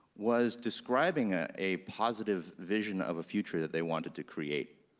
was describing ah a positive vision of a future that they wanted to create.